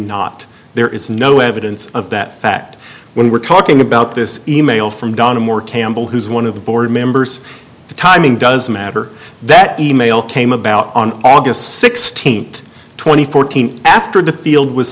not there is no evidence of that fact when we're talking about this email from donna moore campbell who is one of the board members the timing does matter that e mail came about on august sixteenth two thousand and fourteen after the field was